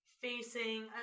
facing